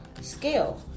scale